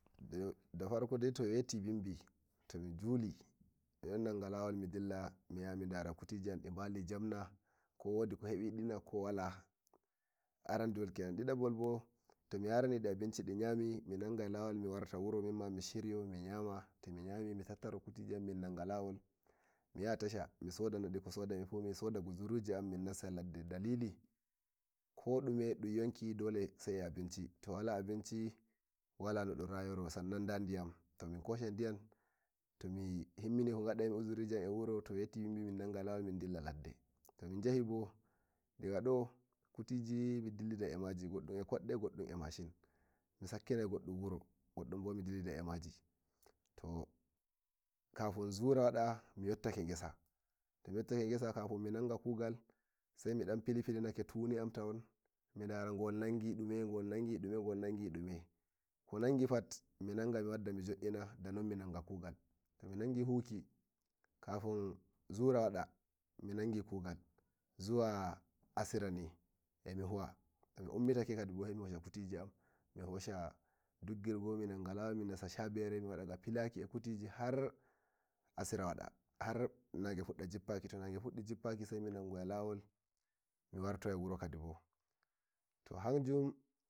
da farko dai toweti bindi tomi juli miɗonanga lawol miyaha midara kuti ji am dibali jam na kowodi kohe biɗi na ko wala arendewalkenan didabol boto miyaranidi abinci diya mi saiminanga lawol miwarma minma mishiryo to miyami mitataro kutiji am min nanga lawol miyaha tasha misoda gusuri ji'am dalili kodume dun yonki sai eh abinci to wala abinci wala no dun rayayo sannan na diyam to minko to sai eh abinci wala no dun rayayo sannan na diyam to minkoshai ɗiyam to min tin uzuriji am eh wurtaki to ai min nanga lawo min dilla ladde to min jahibo diga do kutiji min dilli dai emaji goɗɗo ekeso goɗɗo eh macin misakkinai gudi ewuro godibo mi dillidai eh maji to kafin zura wada miyyottake ngesa tomi toyyake ngesa kafin mi fudda kugal sai dan fili filinake tudi an midara gul nangi dume gol nangi ume kongi pat minagi mi wadda mi jo'ina kafin mifudda kufal tomi nangi huwuki kafin zuwa waɗa minangi kugal zuwa asira ni emi huwa tomi ummitake kadid bo ai mi hosha duggir bo am minassa habire miwadad ga filaki eh kutiji hasira wada har nage fudda jippaki to nange fuddi jibpaki ni sai minagowa lawol mi wartowa wuro Kadin bo to hanjun.